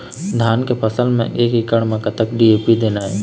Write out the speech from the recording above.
धान के फसल म एक एकड़ म कतक डी.ए.पी देना ये?